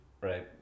right